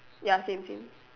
ya same same